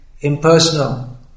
impersonal